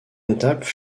notables